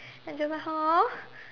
and do you know how